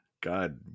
God